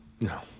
No